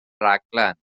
rhaglen